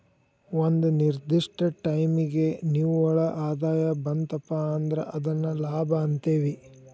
ಒಂದ ನಿರ್ದಿಷ್ಟ ಟೈಮಿಗಿ ನಿವ್ವಳ ಆದಾಯ ಬಂತಪಾ ಅಂದ್ರ ಅದನ್ನ ಲಾಭ ಅಂತೇವಿ